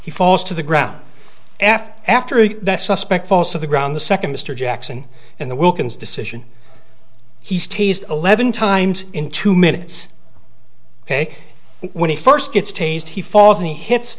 he falls to the ground after after that suspect also the ground the second mr jackson in the wilkins decision he's taste eleven times in two minutes ok when he first gets changed he falls and he hits